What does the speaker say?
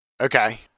Okay